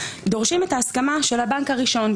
דורשת את ההסכמה של הבנק הראשון,